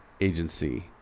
agency